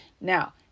Now